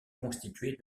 constituée